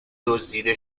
دزدیده